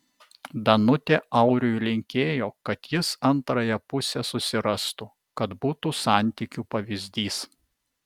danutė auriui linkėjo kad jis antrąją pusę susirastų kad būtų santykių pavyzdys